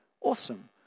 Awesome